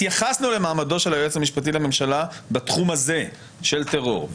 התייחסנו למעמדו של היועץ המשפטי לממשלה בתחום הזה של טרור.